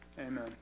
Amen